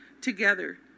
together